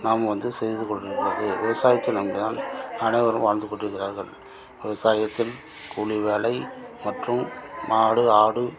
நாம் வந்து செய்து கொண்டு இருப்பது விவசாயத்தை நம்பி தான் அனைவரும் வாழ்ந்து கொண்டு இருக்கிறார்கள் விவசாய தொழில் கூலி வேலை மற்றும் மாடு ஆடு